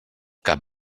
cap